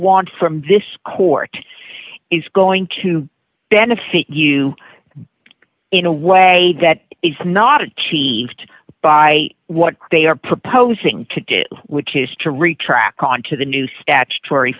want from this court is going to benefit you in a way that is not achieved by what they are proposing to do which is to retract on to the new statutory